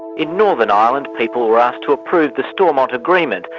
in northern ireland, people were asked to approve the stormont agreement,